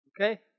Okay